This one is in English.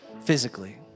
physically